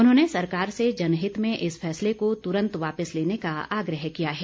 उन्होंने सरकार से जनहित में इस फैसले को तुरंत वापिस लेने का आग्रह किया है